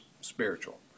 spiritual